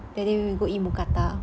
and then we go eat mookata